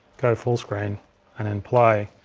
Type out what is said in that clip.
go full screen and then play.